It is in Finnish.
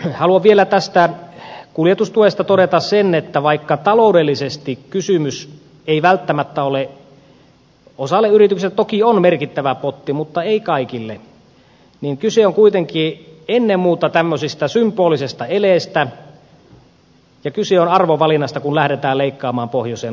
haluan vielä tästä kuljetustuesta todeta sen että vaikka taloudellisesti kysymys ei välttämättä ole merkittävästä potista osalle yrityksistä toki on mutta ei kaikille niin kyse on kuitenkin ennen muuta symbolisesta eleestä ja kyse on arvovalinnasta kun lähdetään leikkaamaan pohjoisen kuljetustukia